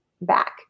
back